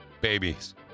babies